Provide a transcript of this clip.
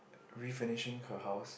refurnishing her house